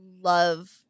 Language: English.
love